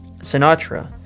Sinatra